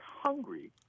hungry